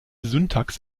syntax